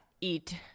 eat